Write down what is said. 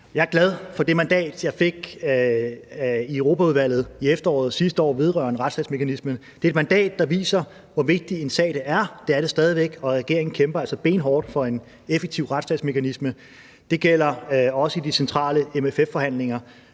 Jeg er glad for det mandat, jeg fik i Europaudvalget i efteråret sidste år vedrørende en retsstatsmekanisme. Det er et mandat, der viser, hvor vigtig en sag det er, og det er det stadig væk, og regeringen kæmper altså benhårdt for en effektiv retsstatsmekanisme. Det gælder også i de centrale MFF-forhandlinger.